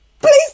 Please